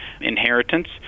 inheritance